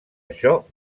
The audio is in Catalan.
això